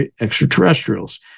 extraterrestrials